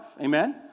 Amen